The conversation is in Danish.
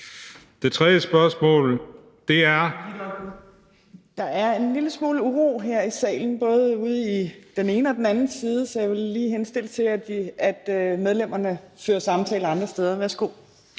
et øjeblik. Der er en lille smule uro her i salen, både ude i den ene og den anden side, så jeg vil lige henstille til, at medlemmerne fører samtaler andre steder. Værsgo.